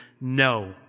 No